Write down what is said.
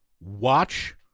Watch